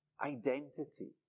identity